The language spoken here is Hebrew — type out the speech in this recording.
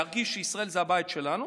להרגיש שישראל זה הבית שלנו,